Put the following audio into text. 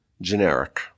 generic